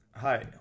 Hi